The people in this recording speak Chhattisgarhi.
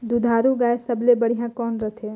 दुधारू गाय सबले बढ़िया कौन रथे?